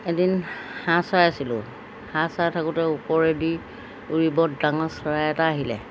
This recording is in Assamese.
এদিন হাঁহ চৰাইছিলোঁ হাঁহ চৰাই থাকোঁতে ওপৰেদি উৰি বৰ ডাঙৰ চৰাই এটা আহিলে